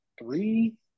three